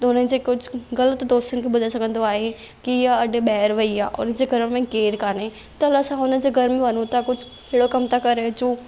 त हुननि जे कुझु ग़लति दोस्तनि खे ॿुधाए सघंदो आहे की इहा अॼु ॿाहिरि वई आहे उनजे घर में केर कान्हे त हलु असां हुनजे घर में वञू था कुझु हेड़ो कमु था करे अचूं